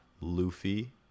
luffy